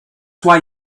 why